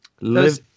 Live